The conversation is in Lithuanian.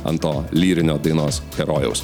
ant to lyrinio dainos herojaus